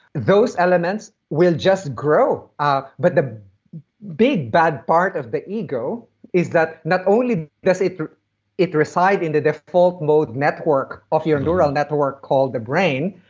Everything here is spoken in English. those elements will just grow ah but the big bad part of the ego is that not only does it it reside in the default mode network of your neural network called the brain,